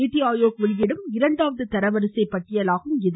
நித்தி ஆயோக் வெளியிடும் இரண்டாவது தரவரிசை பட்டியலாகும் இது